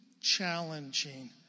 challenging